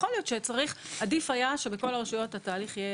יכול להיות שעדיף היה שבכול הרשויות התהליך יהיה